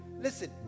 Listen